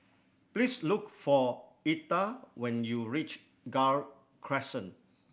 please look for Etta when you reach Gul Crescent